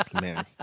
Man